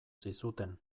zizuten